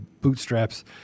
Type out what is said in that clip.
bootstraps